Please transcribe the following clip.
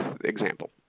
example